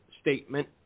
statement